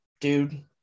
dude